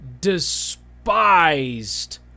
despised